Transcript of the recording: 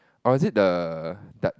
or is it the